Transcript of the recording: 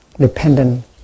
Dependent